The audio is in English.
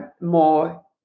more